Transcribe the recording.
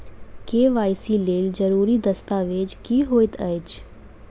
KYC लेल जरूरी दस्तावेज की होइत अछि?